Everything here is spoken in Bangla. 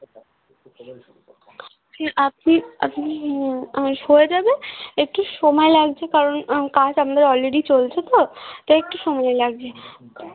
হুম আপনি আপনি আস হয়ে যাবে একটু সময় লাগছে কারণ কাজ আমাদের অলরেডি চলছে তো তাই একটু সময় লাগছে